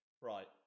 Right